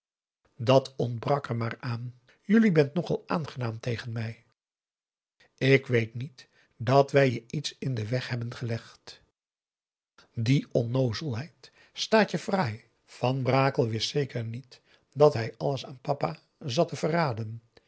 dat ontbrak er maar aan jullie bent nogal aangenaam tegen mij ik weet niet dat wij je iets in den weg hebben gelegd die onnoozelheid staat je fraai van brakel wist zeker niet dat hij alles aan papa zat te verraden